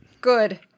Good